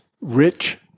rich